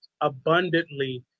abundantly